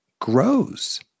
grows